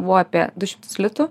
buvo apie du šimtus litų